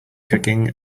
cooking